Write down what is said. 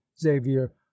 xavier